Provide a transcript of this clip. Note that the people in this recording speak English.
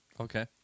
Okay